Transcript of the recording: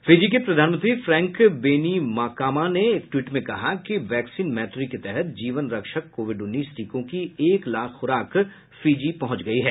Fiji के प्रधानमंत्री Frank Bainimarama ने एक ट्वीट में कहा कि वैक्सीन मैत्री के तहत जीवन रक्षक कोविड उन्नीस टीकों की एक लाख ख्राक फिजी पहुंच गयी है